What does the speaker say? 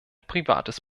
privates